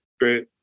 Great